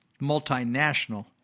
Multinational